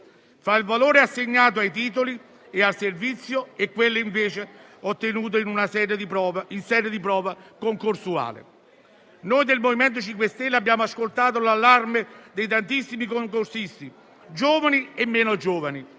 fra il valore assegnato ai titoli e al servizio e quello invece ottenuto in sede di prova concorsuale. Noi del MoVimento 5 Stelle abbiamo ascoltato l'allarme dei tantissimi concorsisti giovani e meno giovani